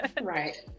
right